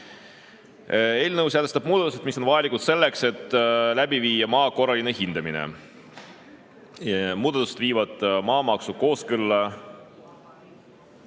Eelnõu sätestab muudatused, mis on vajalikud selleks, et läbi viia maa korraline hindamine. Muudatused viivad maamaksu kooskõlla